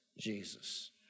Jesus